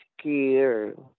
scared